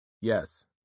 Yes